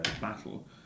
battle